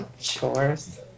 chores